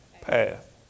path